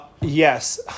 Yes